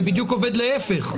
זה בדיוק עובד להיפך.